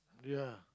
ya